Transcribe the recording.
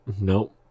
Nope